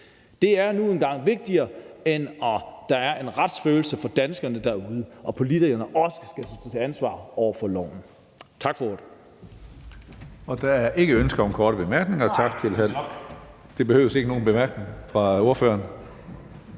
Det er nu engang vigtigere, end at der er en retsfølelse for danskerne derude, og vigtigere end det, at politikerne også skal stå til ansvar for loven.